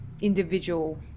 individual